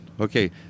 Okay